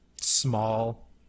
Small